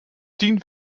tien